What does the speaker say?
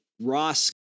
Ross